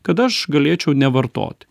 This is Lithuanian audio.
kad aš galėčiau nevartot